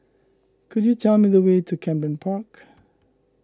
could you tell me the way to Camden Park